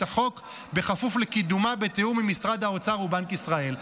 החוק בכפוף לקידומה בתיאום עם משרד האוצר ובנק ישראל.